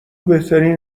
بهترین